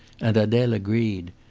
and adele agreed.